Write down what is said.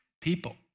People